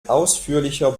ausführlicher